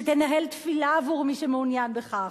שתנהל תפילה עבור מי שמעוניין בכך,